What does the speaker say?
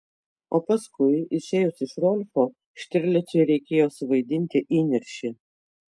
o paskui išėjus iš rolfo štirlicui reikėjo suvaidinti įniršį